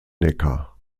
neckar